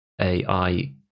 AI